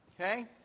Okay